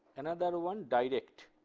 another one, direct